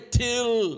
till